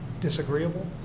disagreeable